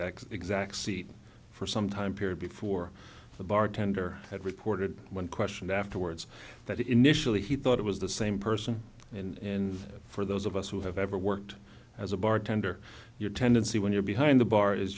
that exact seat for some time period before the bartender had reported when questioned afterwards that initially he thought it was the same person in it for those of us who have ever worked as a bartender your tendency when you're behind the bar is